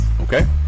Okay